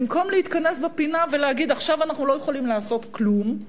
במקום להתכנס בפינה ולהגיד: עכשיו אנחנו לא יכולים לעשות כלום,